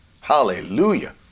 Hallelujah